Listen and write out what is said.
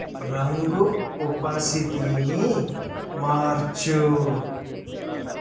రంగు ఒపాసిటీని మార్చు